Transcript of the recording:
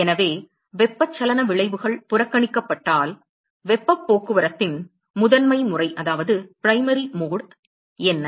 எனவே வெப்பச்சலன விளைவுகள் புறக்கணிக்கப்பட்டால் வெப்பப் போக்குவரத்தின் முதன்மை முறை என்ன